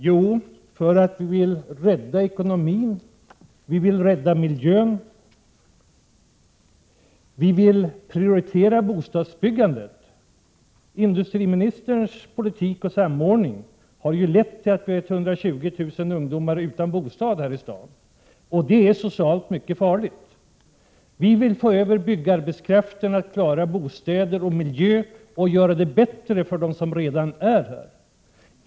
Jo, därför att vi vill rädda ekonomin, vi vill rädda miljön och vi vill prioritera bostadsbyggande. Industriministerns politik och samordning har lett till att 120 000 ungdomar är utan bostad här i Stockholm. Det är socialt mycket farligt. Vi vill att byggarbetskraften klarar bostäder och miljön och gör den ännu bättre.